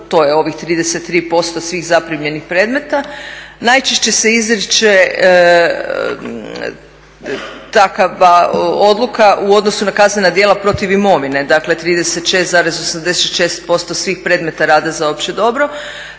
to je ovih 33% svih zaprimljenih predmeta. Najčešće se izriče takva odluka u odnosu na kaznena djela protiv imovine, dakle 36,86% svih predmeta rada za opće dobro